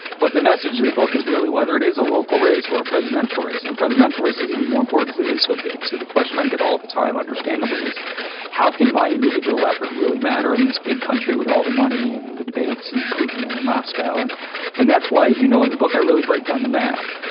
but the message of the book is really whether it is a local race or a presidential race in presidential races, even more important. it is so big. so the question i get all the time, understandably, is how can my individual effort really matter in this big country with all the money in the debates and putin in moscow? and and that's why, as you know in the book, i really break down the math.